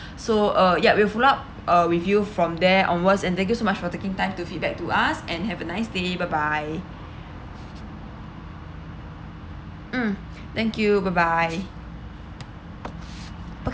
so uh ya we will follow up uh with you from there onwards and thank you so much for taking time to feedback to us and have a nice day bye bye mm thank you bye bye